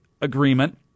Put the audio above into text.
Agreement